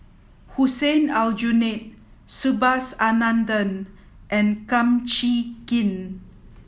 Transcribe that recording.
Hussein Aljunied Subhas Anandan and Kum Chee Kin